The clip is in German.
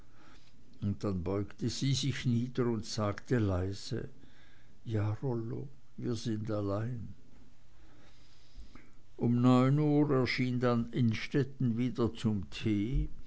und dann beugte sie sich nieder und sagte leise ja rollo wir sind allein um neun erschien dann innstetten wieder zum tee